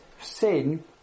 sin